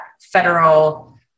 federal